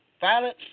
Violence